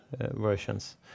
versions